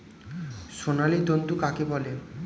সোনালী তন্তু কাকে বলে?